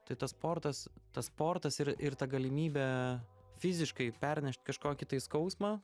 tai tas sportas tas sportas ir ir ta galimybė fiziškai pernešt kažkokį tai skausmą